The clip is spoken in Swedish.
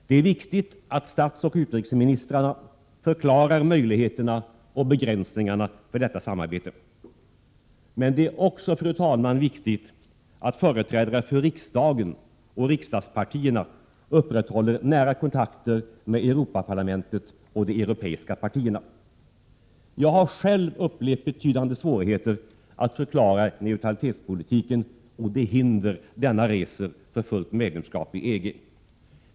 Det är viktigt att statsoch utrikesministrarna förklarar möjligheterna och begränsningarna för detta samarbete, men det är också, fru talman, viktigt att företrädare för riksdagen och riksdagspartierna upprätthåller nära kontakter med Europaparlamentet och de europeiska partierna. Jag har själv upplevt betydande svårigheter att förklara neutralitetspolitiken och de hinder denna reser för fullt medlemskap i EG.